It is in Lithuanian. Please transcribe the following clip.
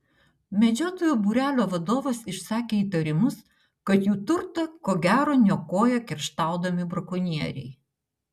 medžiotojų būrelio vadovas išsakė įtarimus kad jų turtą ko gero niokoja kerštaudami brakonieriai